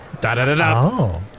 Da-da-da-da